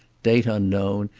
date unknown,